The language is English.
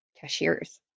cashiers